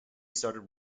started